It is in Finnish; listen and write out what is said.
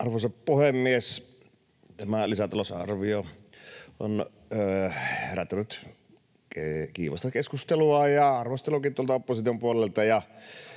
Arvoisa puhemies! Tämä lisätalousarvio on herättänyt kiivasta keskustelua ja arvosteluakin tuolta opposition puolelta.